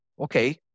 Okay